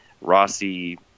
Rossi